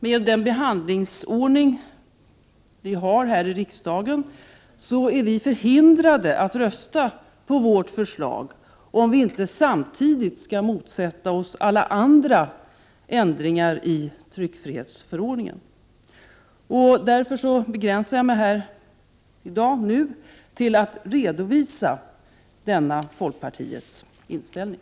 Med gällande behandlingsordning här i riksdagen är vi emellertid förhindrade att rösta på vårt förslag, om vi inte samtidigt skall motsätta oss alla andra ändringar i tryckfrihetsförordningen. Därför har jag begränsat mig till att här redovisa denna folkpartiets inställning.